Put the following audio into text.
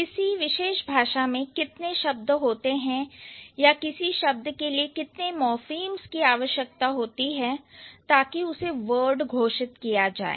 किसी विशेष भाषा में कितने शब्द होते हैं या किसी शब्द के लिए कितने मॉर्फीम्स की आवश्यकता होती है ताकि उसे वर्ड घोषित किया जाए